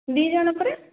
ଦୁଇଜଣ ପରା